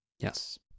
Yes